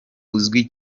uzwi